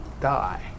die